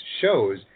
shows